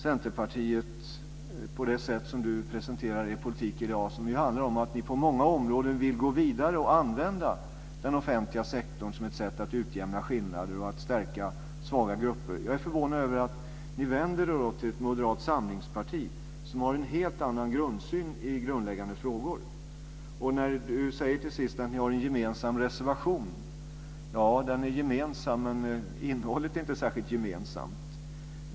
Centerpartiets politik presenteras i dag på många områden så att ni på många områden vill gå vidare och använda den offentliga sektorn som en möjlighet att utjämna skillnader och stärka svaga grupper. Jag är förvånad över att ni då vänder er till Moderata samlingspartiet, som har en helt annan syn i grundläggande frågor. Lena Ek säger till sist att de borgerliga har en gemensam reservation. Den är gemensam, men innehållet är inte särskilt gemensamt.